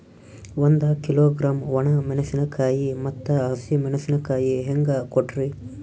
ಒಂದ ಕಿಲೋಗ್ರಾಂ, ಒಣ ಮೇಣಶೀಕಾಯಿ ಮತ್ತ ಹಸಿ ಮೇಣಶೀಕಾಯಿ ಹೆಂಗ ಕೊಟ್ರಿ?